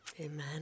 Amen